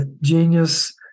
genius